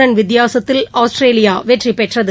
run வித்தியாசத்தில் Australia வெற்றிபெற்றது